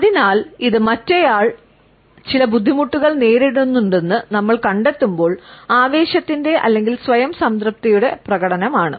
അതിനാൽ അത് മറ്റേയാൾ ചില ബുദ്ധിമുട്ടുകൾ നേരിടുന്നുണ്ടെന്ന് നമ്മൾ കണ്ടെത്തുമ്പോൾ ആവേശത്തിന്റെ അല്ലെങ്കിൽ സ്വയം സംതൃപ്തിയുടെ പ്രകടനമാണ്